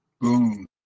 Boom